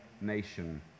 nation